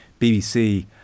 BBC